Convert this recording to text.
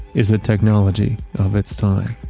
is a technology of it's time.